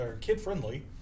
kid-friendly